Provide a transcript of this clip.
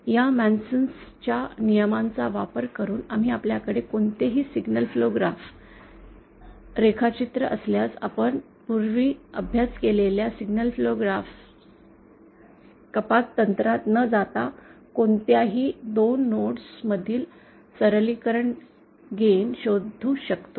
या Mason Mason's च्या नियमांचा वापर करून आम्ही आपल्याकडे कोणतेही सिग्नल फ्लो ग्राफ रेखाचित्र असल्यास आपण पूर्वी अभ्यास केलेल्या सिग्नल फ्लो ग्राफ कपात तंत्रात न जाता कोणत्याही 2 नोड्स मधील सरलीकृत गेन शोधू शकतो